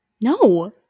No